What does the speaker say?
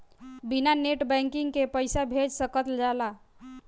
बिना net banking के पईसा भेज सकल जाला?